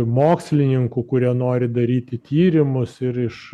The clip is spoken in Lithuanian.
mokslininkų kurie nori daryti tyrimus ir iš